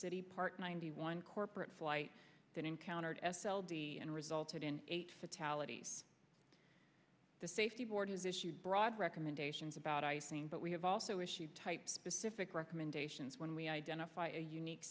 city part ninety one corporate flight that encountered s l d and resulted in eight fatalities the safety board has issued broad recommendations about icing but we have also issued type specific recommendations when we identify a unique